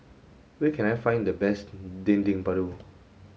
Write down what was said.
where can I find the best Dendeng Paru